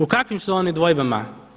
U kakvim su oni dvojbama?